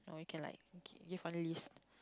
or you can like give give one list